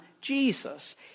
Jesus